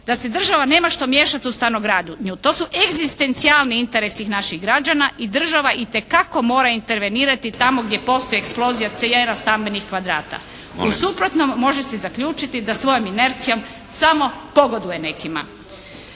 da se država nema što miješati u stanogradnju. To su egzistencijalni interesi naših građana i država itekako mora intervenirati tamo gdje postoji eksplozija …/Govornica se ne razumije./… stambenih kvadrata. U suprotnom može se zaključiti da svojom inercijom samo pogoduje nekima.